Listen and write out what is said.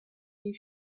you